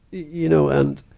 you know, and,